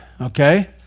okay